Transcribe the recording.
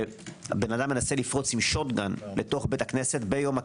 שאדם מנסה לפרוץ עם שוט גאן לבית הכנסת ביום כיפור.